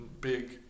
big